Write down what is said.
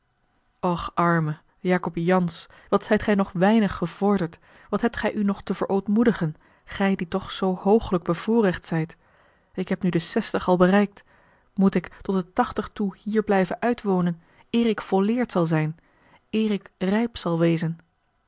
och arme jacob jansz wat zijt ge nog weinig gevorderd wat hebt gij u nog te verootmoedigen gij die toch zoo hoogelijk bevoorrecht zijt ik heb nu de zestig al bereikt moet ik tot de tachtig toe hier blijven uitwonen eer ik volleerd zal zijn eer ik rijp zal wezen